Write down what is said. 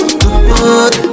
good